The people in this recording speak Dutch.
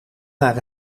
naar